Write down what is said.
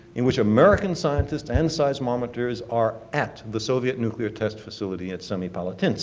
in which american scientists and seismometers are at the soviet nuclear test facility at semipalatinsk